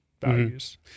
values